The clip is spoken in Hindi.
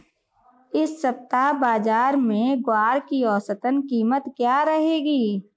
इस सप्ताह बाज़ार में ग्वार की औसतन कीमत क्या रहेगी?